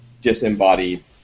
disembodied